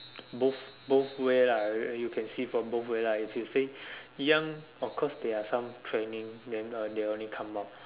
both both way lah uh you can see from both way lah you can see young of course they are some training then uh they only come out